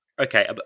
Okay